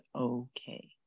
okay